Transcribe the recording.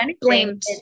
blamed